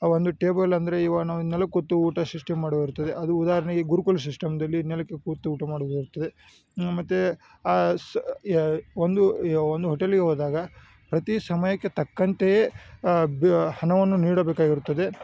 ಆ ಒಂದು ಟೇಬಲ್ ಅಂದರೆ ಇವು ನಾವು ನೆಲಕೂತು ಊಟ ಶಿಸ್ಟಮ್ ಮಾಡೋದಿರ್ತದೆ ಅದು ಉದಾಹರ್ಣೆಗೆ ಗುರುಕುಲ ಸಿಸ್ಟಮ್ದಲ್ಲಿ ನೆಲಕ್ಕೆ ಕೂತು ಊಟ ಮಾಡೋದಿರ್ತದೆ ಮತ್ತು ಸಹ ಯ ಒಂದು ಯ ಒಂದು ಹೋಟೆಲಿಗೆ ಹೋದಾಗ ಪ್ರತಿ ಸಮಯಕ್ಕೆ ತಕ್ಕಂತೆಯೆ ಬ ಹಣವನ್ನು ನೀಡಬೇಕಾಗಿರುತ್ತದೆ